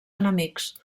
enemics